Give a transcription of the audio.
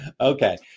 Okay